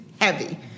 heavy